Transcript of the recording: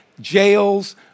jails